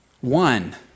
one